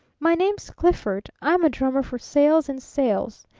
my name's clifford. i'm a drummer for sayles and sayles.